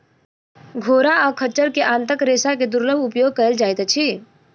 घोड़ा आ खच्चर के आंतक रेशा के दुर्लभ उपयोग कयल जाइत अछि